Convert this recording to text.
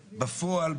בפועל,